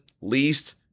least